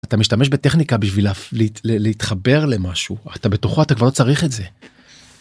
אתה משתמש בטכניקה בשביל להפליט להתחבר למשהו אתה בתוכה אתה כבר לא צריך את זה.